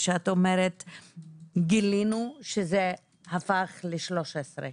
גילינו שזה הפך ל-13,